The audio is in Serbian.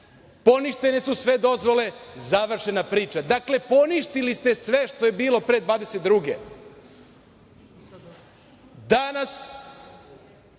poništene su sve dozvole, završena priča. Dakle, poništili ste sve što je bilo pre 2022. godine.